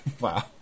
Wow